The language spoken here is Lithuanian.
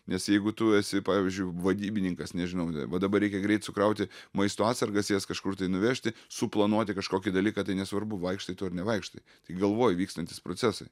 nes jeigu tu esi pavyzdžiui vadybininkas nežinau va dabar reikia greit sukrauti maisto atsargas jas kažkur tai nuvežti suplanuoti kažkokį dalyką tai nesvarbu vaikštai tu ar nevaikštai tai galvoj vykstantys procesai